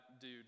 dude